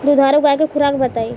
दुधारू गाय के खुराक बताई?